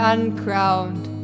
Uncrowned